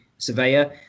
Surveyor